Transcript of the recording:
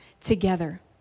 together